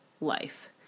life